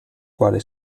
quale